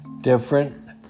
different